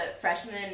freshman